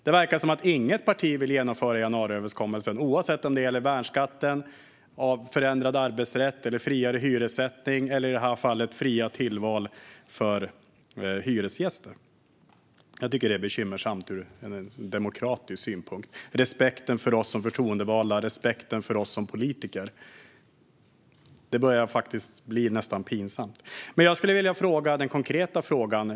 Det verkar som om inget av partierna vill genomföra januariöverenskommelsen, vare sig det gäller värnskatten, förändrad arbetsrätt, friare hyressättning eller, som i det här fallet, fria tillval för hyresgästerna. Jag tycker att det är bekymmersamt ur demokratisk synpunkt. Det handlar om respekten för oss som förtroendevalda och som politiker. Det börjar nästan bli pinsamt. Jag skulle vilja ställa en konkret fråga.